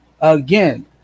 Again